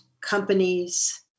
companies